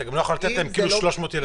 אתה לא יכול לתת להם כאילו הם 300 ילדים.